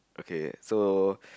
okay so